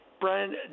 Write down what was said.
Brian